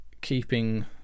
keeping